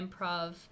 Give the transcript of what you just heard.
improv